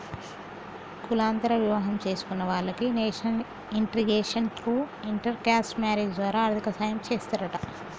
కులాంతర వివాహం చేసుకున్న వాలకి national integration through inter caste marriage ద్వారా ఆర్థిక సాయం చేస్తారంట